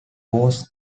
was